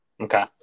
Okay